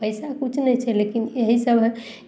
पैसा किछु नहि छै लेकिन यही सभ